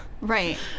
Right